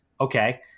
okay